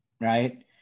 Right